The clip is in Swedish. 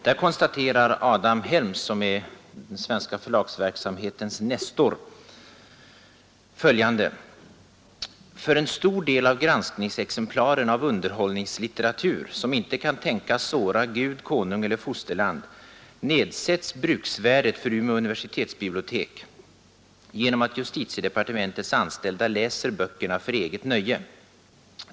Där konstaterar Adam Helms, som är den svenska förlagsverksamhetens nestor, följande: ”För en stor del av granskningsexemplaren av underhållslitteratur — som inte kan tänkas såra Gud, konung eller fosterland — nedsätts bruksvärdet för Umeå universitetsbibliotek genom att justitiedepartementets anställda läser böckerna för eget nöje.